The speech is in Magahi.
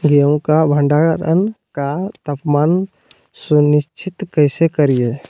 गेहूं का भंडारण का तापमान सुनिश्चित कैसे करिये?